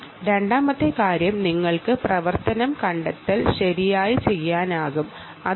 രണ്ടാമത്തെ കാര്യം നിങ്ങൾ ആക്ടിവിറ്റി ഡിടെക്ഷൻ ചെയ്യുക എന്നതാണ്